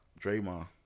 Draymond